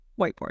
whiteboard